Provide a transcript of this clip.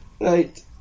right